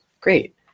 Great